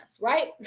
right